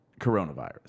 coronavirus